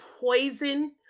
poison